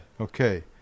Okay